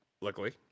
luckily